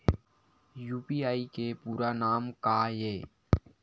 UPI के पूरा नाम का ये?